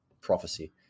prophecy